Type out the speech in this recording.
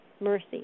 mercy